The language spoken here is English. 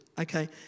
okay